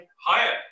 higher